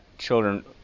children